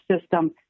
system